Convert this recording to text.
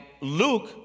Luke